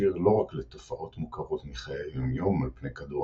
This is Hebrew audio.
ישיר לא רק לתופעות מוכרות מחיי היומיום על פני כדור